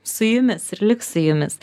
su jumis ir liks su jumis